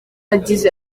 yagize